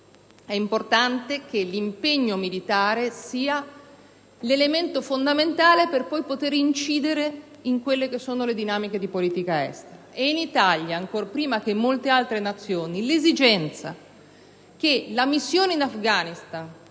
è importante che l'impegno militare sia l'elemento fondamentale per poi poter incidere nelle dinamiche di politica estera e in Italia, ancora prima che in molte altre Nazioni, abbiamo espresso l'esigenza che la missione in Afghanistan